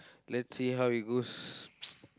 let's see how it goes